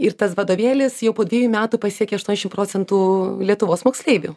ir tas vadovėlis jau po dvejų metų pasiekė aštuonšim procentų lietuvos moksleivių